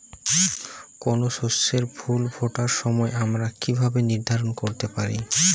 কোনো শস্যের ফুল ফোটার সময় আমরা কীভাবে নির্ধারন করতে পারি?